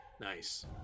Nice